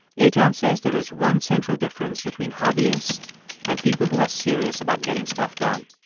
eitan says there is one central difference between hobbyists and people who are serious about getting stuff done.